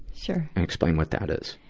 sure. and explain what that is.